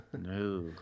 no